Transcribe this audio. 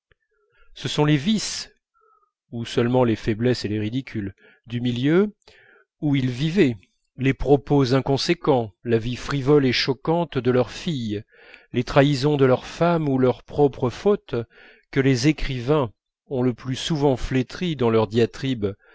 faiblesses et les ridicules du milieu où ils vivaient les propos inconséquents la vie frivole et choquante de leur fille les trahisons de leur femme ou leurs propres fautes que les écrivains ont le plus souvent flétries dans leurs diatribes